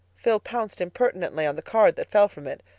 phil pounced impertinently on the card that fell from it,